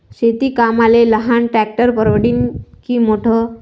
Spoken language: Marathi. शेती कामाले लहान ट्रॅक्टर परवडीनं की मोठं?